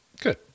Good